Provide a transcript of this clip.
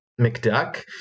McDuck